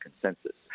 consensus